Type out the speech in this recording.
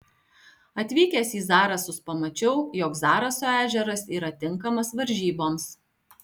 atvykęs į zarasus pamačiau jog zaraso ežeras yra tinkamas varžyboms